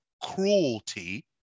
cruelty